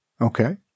Okay